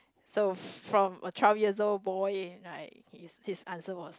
so from a twelve years old boy right his answer was